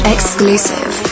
Exclusive